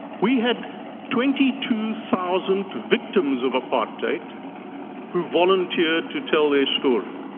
we had twenty two thousand victims of apartheid who volunteered to tell their story.